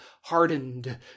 hardened